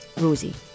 Rosie